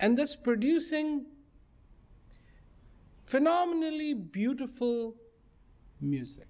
and that's producing phenomenally beautiful music